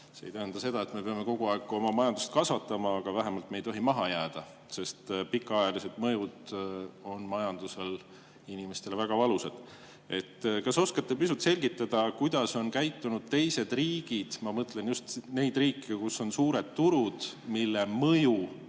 See ei tähenda seda, et me peame kogu aeg oma majandust kasvatama, aga vähemalt me ei tohi maha jääda, sest pikaajalised mõjud majanduses on inimestele väga valusad. Kas oskate pisut selgitada, kuidas on käitunud teised riigid – ma mõtlen just neid riike, kus on suured turud –, mille mõju